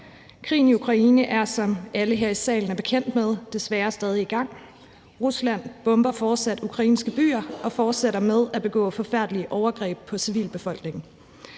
Krigen i Ukraine er, som alle her i salen er bekendt med, desværre stadig i gang; Rusland bomber fortsat ukrainske byer og fortsætter med at begå forfærdelige overgreb på civilbefolkningen.